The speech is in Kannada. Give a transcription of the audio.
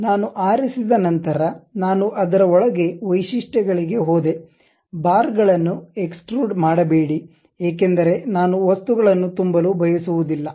ನಾನು ಆರಿಸಿದ ನಂತರ ನಾನು ಅದರ ಒಳಗೆ ವೈಶಿಷ್ಟ್ಯಗಳಿಗೆ ಹೋದೆ ಬಾರ್ಗಳನ್ನು ಎಕ್ಸ್ಟ್ರುಡ ಮಾಡಬೇಡಿ ಏಕೆಂದರೆ ನಾನು ವಸ್ತುಗಳನ್ನು ತುಂಬಲು ಬಯಸುವುದಿಲ್ಲ